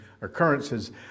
occurrences